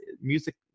music